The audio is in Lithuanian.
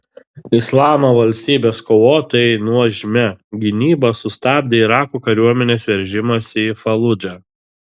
islamo valstybės kovotojai nuožmia gynyba sustabdė irako kariuomenės veržimąsi į faludžą